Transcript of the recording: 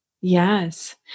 yes